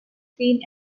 seeing